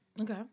Okay